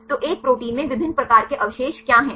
तो एक प्रोटीन में विभिन्न प्रकार के अवशेष क्या हैं